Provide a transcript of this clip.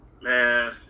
man